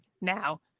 now